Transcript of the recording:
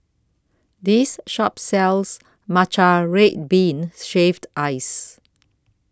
This Shop sells Matcha Red Bean Shaved Ice